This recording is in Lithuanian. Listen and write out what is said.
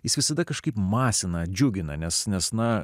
jis visada kažkaip masina džiugina nes nes na